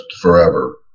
forever